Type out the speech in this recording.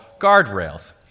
guardrails